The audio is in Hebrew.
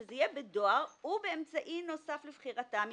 שזה יהיה בדואר ובאמצעי נוסף לבחירתם,